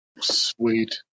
Sweet